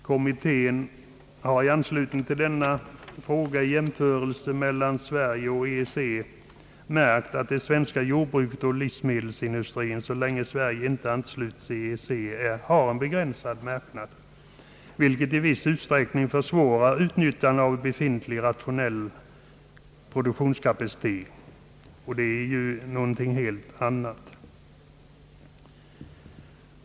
Kommittén har i anslutning till denna fråga i jämförelse mellan Sverige och EEC märkt att det svenska jordbruket och livsmedelsindustrin, så länge Sverige inte är anslutet till EEC, har en begränsad marknad, vilket i viss utsträckning försvårar utnyttjandet av befintlig rationell produktionskapacitet, och det är ju någonting helt annat.